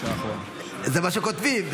זה מה שכותבים.